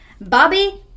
Bobby